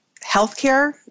healthcare